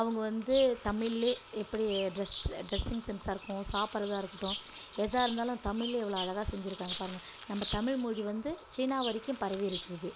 அவங்க வந்து தமிழ்லயே எப்படி ட்ரெஸ் ட்ரெஸ்சிங் சென்ஸாக இருக்கணும் சாப்பிட்றதா இருக்கட்டும் எதாக இருந்தாலும் தமிழ்லே எவ்வளோ அழகாக செஞ்சிருக்காங்க பாருங்க நம்ம தமிழ் மொழி வந்து சீனா வரைக்கும் பரவி இருக்கிறது